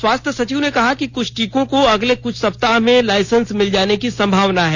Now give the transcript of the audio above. स्वास्थ्य सचिव ने कहा कि कुछ टीकों को अगले कुछ सप्ताह में लाइसेंस मिल जाने की संभावना है